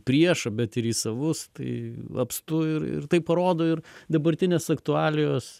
priešą bet ir į savus tai apstu ir ir tai parodo ir dabartinės aktualijos